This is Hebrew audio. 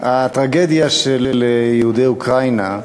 הטרגדיה של יהודי אוקראינה,